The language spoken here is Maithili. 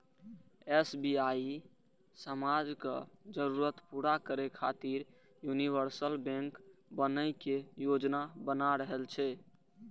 एस.बी.आई समाजक जरूरत पूरा करै खातिर यूनिवर्सल बैंक बनै के योजना बना रहल छै